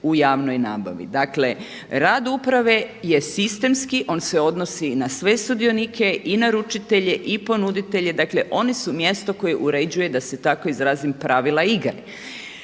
u javnoj nabavi. Dakle rad uprave je sistemski, on se odnosi na sve sudionike i naručitelje i ponuditelje, dakle oni su mjesto koje uređuje da se tako izrazim pravila igre.